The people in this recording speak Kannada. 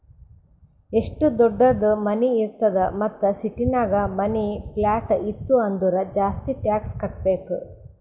ಎಷ್ಟು ದೊಡ್ಡುದ್ ಮನಿ ಇರ್ತದ್ ಮತ್ತ ಸಿಟಿನಾಗ್ ಮನಿ, ಪ್ಲಾಟ್ ಇತ್ತು ಅಂದುರ್ ಜಾಸ್ತಿ ಟ್ಯಾಕ್ಸ್ ಕಟ್ಟಬೇಕ್